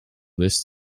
list